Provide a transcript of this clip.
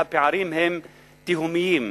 והפערים הם תהומיים,